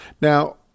Now